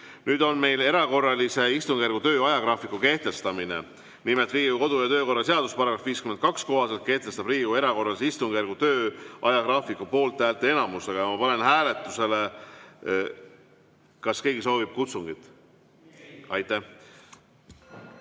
Nüüd on meil erakorralise istungjärgu töö ajagraafiku kehtestamine. Nimelt, Riigikogu kodu- ja töökorra seaduse § 52 kohaselt kehtestab Riigikogu erakorralise istungjärgu töö ajagraafiku poolthäälteenamusega. Ja ma panen hääletusele ... Kas keegi soovib kutsungit?